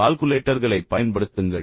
கால்குலேட்டர்களைப் பயன்படுத்துங்கள்